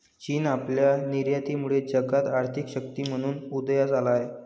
चीन आपल्या निर्यातीमुळे जगात आर्थिक शक्ती म्हणून उदयास आला आहे